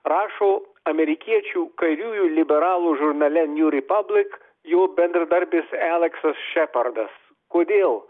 rašo amerikiečių kairiųjų liberalų žurnale new republic jo bendradarbis aleksas šepardas kodėl